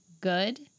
good